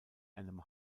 einem